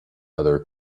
other